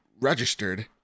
registered